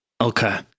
Okay